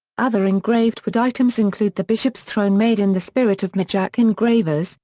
other engraved wood items include the bishop's throne made in the spirit of mijak engravers,